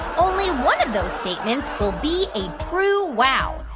only one of those statements will be a true wow.